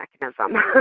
mechanism